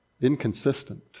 Inconsistent